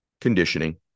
Conditioning